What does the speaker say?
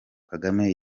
kagame